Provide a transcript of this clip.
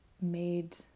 made